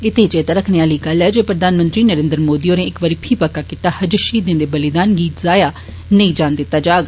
इत्थें चेता रक्खने आली गल्ल ऐ जे प्रधानमंत्री नरेन्द्र मोदी होरें एह इक बारी फी पक्का कीता जे षहीदें दे बलिदान गी जाया नेई जान दितता जाग